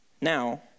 Now